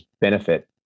benefit